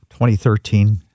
2013